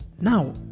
Now